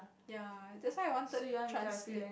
ya that's why I wanted transla~